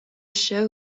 show